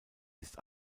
ist